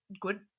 good